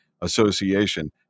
association